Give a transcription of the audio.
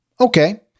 Okay